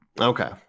Okay